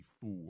four